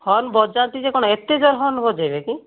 horn ବଜାନ୍ତି ଯେ କଣ ଏତେ ଜୋର ହର୍ନ ବଜାଇବେ କି